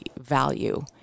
value